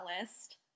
list